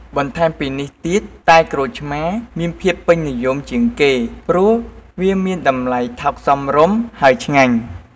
បន្ថែមពីនេះទៀត តែក្រូចឆ្មាមានភាពពេញនិយមជាងគេ ព្រោះវាមានតម្លៃថោកសមរម្យហើយឆ្ងាញ់។